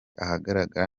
ahagaragara